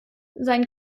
sein